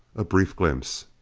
a brief glimpse.